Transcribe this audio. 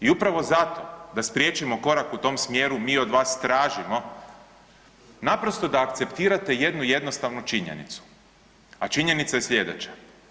I upravo zato da spriječimo korak u tom smjeru mi od vas tražimo naprosto da akceptirate jednu jednostavnu činjenicu, a činjenica je slijedeća.